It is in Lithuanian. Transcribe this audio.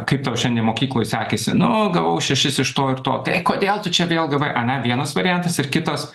kaip tau šiandien mokykloj sekėsi nu gavau šešis iš to ir to tai kodėl tu čia vėl gavai ane vienas variantas ir kitas